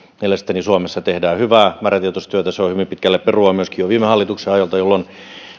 mielestäni suomessa tehdään hyvää määrätietoista työtä se on hyvin pitkälle perua myöskin jo viime hallituksen ajalta jolloin